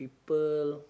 people